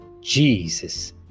Jesus